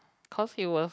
cause he was